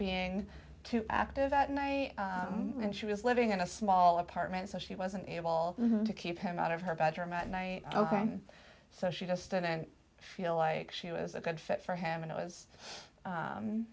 being too active at night and she was living in a small apartment so she wasn't able to keep him out of her bedroom at night so she just didn't feel like she was a good fit for him and it was